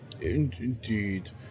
Indeed